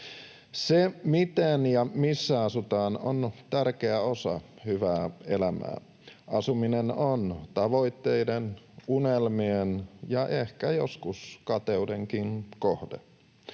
Se, miten ja missä asutaan, on tärkeä osa hyvää elämää. Asuminen on tavoitteiden, unelmien ja ehkä joskus kateudenkin kohde.